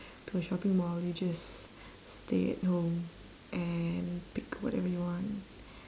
to a shopping mall you just stay at home and pick whatever you want